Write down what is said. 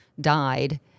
died